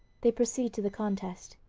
they proceed to the contest.